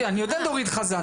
בסוף,